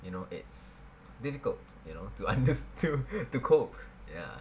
you know it's difficult you know to understo~ to to cope ya